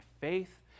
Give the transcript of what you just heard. faith